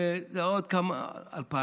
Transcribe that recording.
זה עוד 2,000,